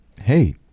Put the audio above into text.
Hey